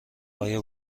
آیا